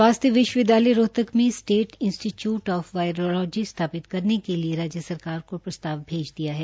स्वास्थ्य विश्व विद्यालय रोहतक में स्टेट इंस्टीच्यूट ऑफ बायरोलाजी स्थापित करने के लिए राज्य सरकार को प्रस्ताव भेज दिया है